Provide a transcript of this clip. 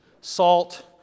salt